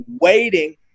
waiting